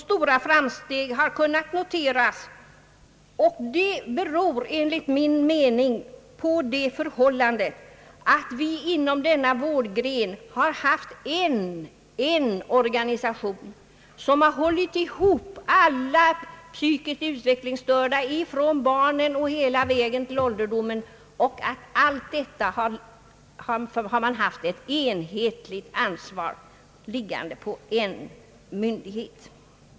Stora framsteg har kunnat noteras, och det beror enligt min mening på det förhållandet, att vi inom denna vårdgren har haft en organisation, som har hållit ihop alla psykiskt utvecklingsstörda från barndomen och hela vägen till ålderdomen. Ansvaret härför har legat på en myndighet.